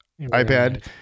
iPad